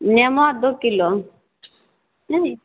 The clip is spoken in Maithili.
नेबो दू किलो